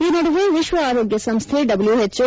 ಈ ನಡುವೆ ವಿಶ್ವ ಆರೋಗ್ಯ ಸಂಸ್ಥೆ ಡಬ್ಲು ಎಚ್ಒ